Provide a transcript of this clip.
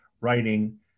writing